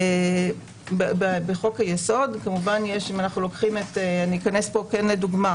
בחוק היסוד, כמובן אכנס פה לדוגמה